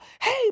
Hey